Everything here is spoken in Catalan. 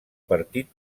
partit